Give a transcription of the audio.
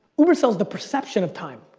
uber sells the perception of time.